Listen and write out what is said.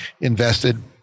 invested